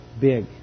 big